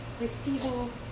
receiving